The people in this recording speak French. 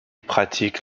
pratique